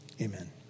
Amen